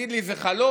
תגיד לי: זה חלום.